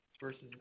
versus